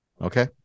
Okay